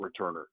returner